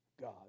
God